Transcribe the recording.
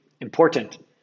important